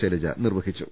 ശൈലജ നിർവഹിച്ചു